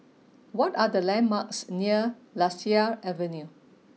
what are the landmarks near Lasia Avenue